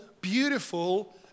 beautiful